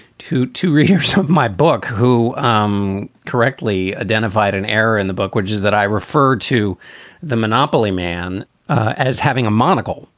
to two readers of my book who um correctly identified an error in the book, which is that i referred to the monopoly man as having a monocle.